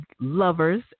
lovers